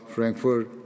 Frankfurt